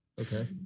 Okay